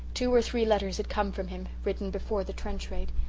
two or three letters had come from him, written before the trench raid,